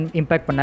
impact